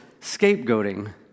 scapegoating